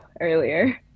earlier